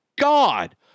God